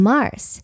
Mars